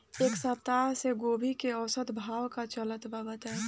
एक सप्ताह से गोभी के औसत भाव का चलत बा बताई?